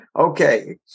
Okay